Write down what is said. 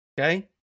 okay